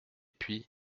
puis